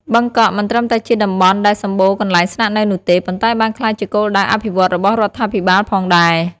បឹងកក់មិនត្រឹមតែជាតំបន់ដែលសម្បូរកន្លែងស្នាក់នៅនោះទេ ប៉ុន្តែបានក្លាយជាគោលដៅអភិវឌ្ឍរបស់រដ្ឋាភិបាលផងដែរ។